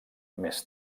més